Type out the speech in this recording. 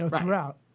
throughout